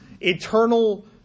eternal